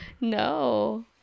No